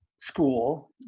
school